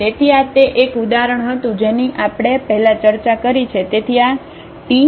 તેથી આ તે એક ઉદાહરણ હતું જેની આપણે પહેલા ચર્ચા કરી છે